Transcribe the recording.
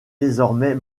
désormais